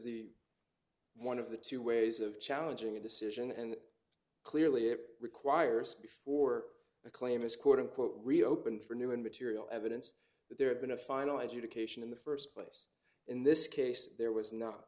the one of the two ways of challenging a decision and clearly it requires before a claim is quote unquote reopen for new and material evidence that there had been a final education in the first place in this case there was not